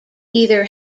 either